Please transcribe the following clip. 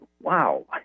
wow